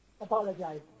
Apologize